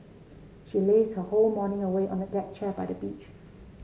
she lazed her whole morning away on a deck chair by the beach